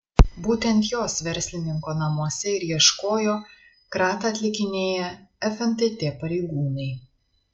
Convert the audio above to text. būtent jos verslininko namuose ir ieškojo kratą atlikinėję fntt pareigūnai